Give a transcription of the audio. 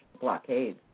blockade